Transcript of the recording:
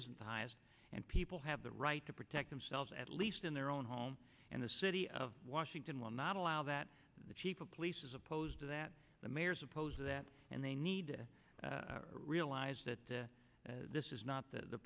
isn't the highest and people have the right to protect themselves at least in their own home and the city of washington will not allow that the chief of police is opposed to that the mayors oppose that and they need to realize that this is not the